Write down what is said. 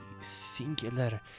singular